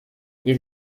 ihr